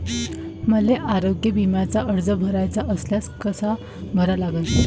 मले आरोग्य बिम्याचा अर्ज भराचा असल्यास कसा भरा लागन?